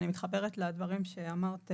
אני מתחברת לדברים שאמרת,